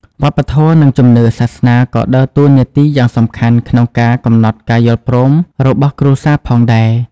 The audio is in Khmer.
វប្បធម៌ និងជំនឿសាសនាក៏ដើរតួនាទីយ៉ាងសំខាន់ក្នុងការកំណត់ការយល់ព្រមរបស់គ្រួសារផងដែរ។